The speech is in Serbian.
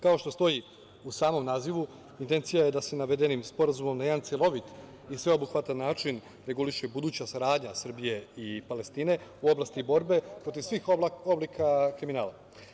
Kao što stoji u samom nazivu intencija je da se navedenim sporazumom na jedan celovit i sveobuhvatan način reguliše i buduća saradnja Srbije i Palestine u oblasti borbe protiv svih oblika kriminala.